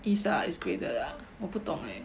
is ah is graded lah 我不懂 leh